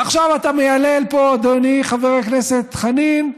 ועכשיו אתה מיילל פה, אדוני חבר הכנסת חנין,